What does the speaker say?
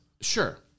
Sure